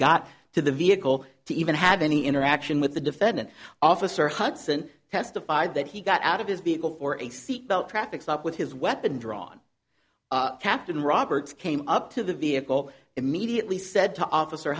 got to the vehicle to even have any interaction with the defendant officer hudson testified that he got out of his vehicle for a seatbelt traffic stop with his weapon drawn captain roberts came up to the vehicle immediately said to officer